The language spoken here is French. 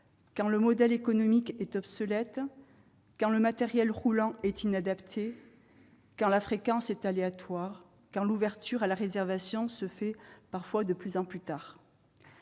quand le modèle économique est obsolète, quand le matériel roulant est inadapté, quand la fréquence est aléatoire et quand l'ouverture à la réservation se fait parfois de plus en plus tard.